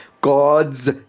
God's